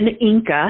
Inca